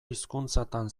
hizkuntzatan